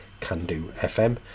CandoFM